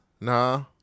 Nah